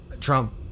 Trump